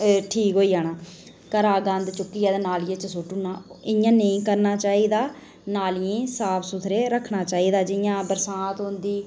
ठीक होई जाना घरा गंद चुक्कियै नालियै च सु'ट्टी ओड़ना 'या नेईं करना चाहि्दा नालियै साफ सूथरा रक्खना चाहिदा जि'यां बरसांत होंदी